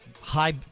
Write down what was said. high